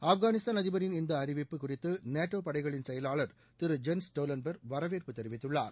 ஆப்கானிஸ்தான் அதிபரின் இந்த அறிவிப்பு குறித்து நேட்டோ படைகளின் செயலாளர் திரு ஜென்ஸ் ஸ்டோலன்பர் வரவேற்பு தெரிவித்துள்ளார்